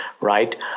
right